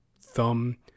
thumb